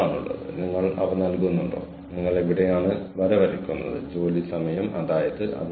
ഇന്റർനെറ്റിൽ നിന്ന് ഡൌൺലോഡ് ചെയ്യാൻ ആളുകൾക്ക് ഒരു മണിക്കൂർ വളരെ ബുദ്ധിമുട്ടാണ്